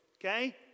Okay